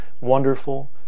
wonderful